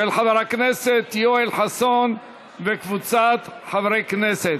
של חבר הכנסת יואל חסון וקבוצת חברי הכנסת.